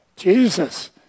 Jesus